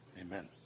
Amen